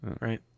Right